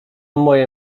moje